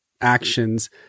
actions